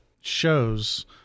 shows